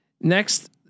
Next